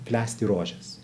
klesti rožės